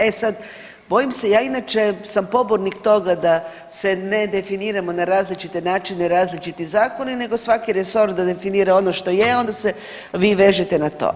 E sada bojim se, ja inače sam pobornik toga da se ne definiramo na različite načine, različite zakone nego svaki resor da definira ono što je onda se vi vežete na to.